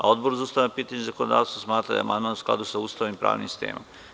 Odbor za ustavna pitanja i zakonodavstvo smatra da je amandman u skladu sa Ustavom i pravnim sistemom.